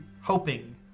hoping